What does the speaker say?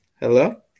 Hello